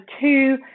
two